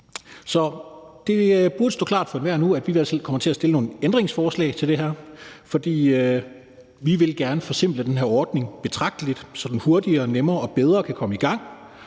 Så det burde stå klart for enhver nu, at vi kommer til at stille nogle ændringsforslag til det her. For vi vil gerne forsimple den her ordning betragteligt, så den hurtigere, nemmere og bedre kan komme i gang,